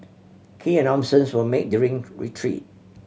key announcements were made during retreat